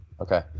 Okay